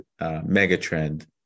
megatrend